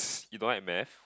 you don't like maths